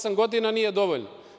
Osam godina nije dovoljno.